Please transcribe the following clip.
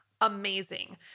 amazing